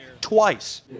twice